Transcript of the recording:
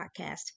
Podcast